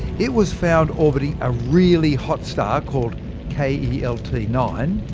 it was found orbiting a really hot star, called k e l t nine,